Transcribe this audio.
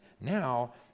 now